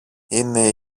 είναι